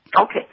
Okay